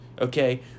okay